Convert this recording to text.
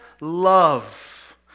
love